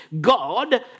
God